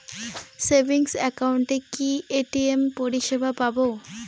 Savings একাউন্টে কি ATM পরিসেবা পাব?